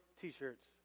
t-shirts